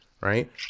right